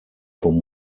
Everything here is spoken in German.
vom